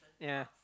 ya